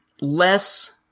less